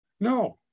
No